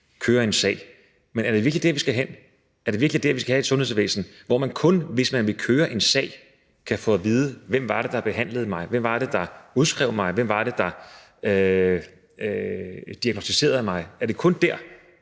køre en sag. Men er det virkelig der, vi skal hen? Er det virkelig sådan et sundhedsvæsen, vi skal have, hvor man kun, hvis man vil køre en sag, kan få at vide, hvem det var, der behandlede en; hvem det var, der udskrev en; hvem det var, der diagnosticerede en? Er det kun der,